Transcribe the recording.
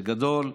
בגדול,